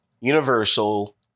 universal